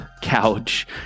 couch